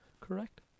Correct